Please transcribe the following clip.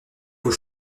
vous